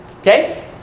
Okay